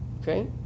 okay